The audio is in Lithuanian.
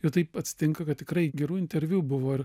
ir taip atsitinka kad tikrai gerų interviu buvo